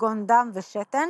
כגון דם ושתן,